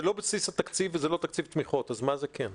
אם זה לא בסיס התקציב וזה לא תקציב תמיכות אז מה זה כן?